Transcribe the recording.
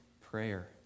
prayer